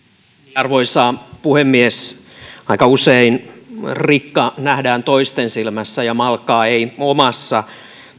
arvoisa puhemies aika usein rikka nähdään toisten silmässä ja malkaa ei omassa